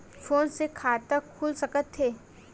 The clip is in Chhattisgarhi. फोन से खाता खुल सकथे?